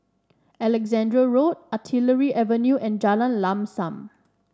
Alexandra Road Artillery Avenue and Jalan Lam Sam